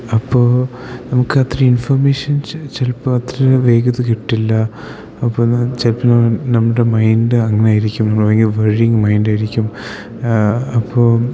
അപ്പോൾ നമുക്ക് അത്രേം ഇൻഫോർമേഷൻസ് ചിലപ്പോൾ അത്ര വേഗത്തിൽ കിട്ടില്ല അപ്പന്നാ ചിലപ്പം നമ്മുടെ മൈൻഡ് അങ്ങനായിരിക്കും നമ്മുടെ ഭയങ്കര വറിയിങ്ങ് മൈൻഡായിരിക്കും അപ്പോൾ